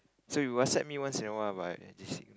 so you WhatsApp me once in a while but I ignore